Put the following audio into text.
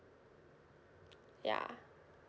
ya